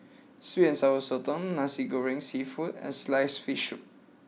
Sweet and Sour Sotong Nasi Goreng Seafood and Sliced Fish Soup